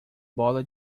bola